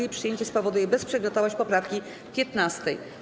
Jej przyjęcie spowoduje bezprzedmiotowość poprawki 15.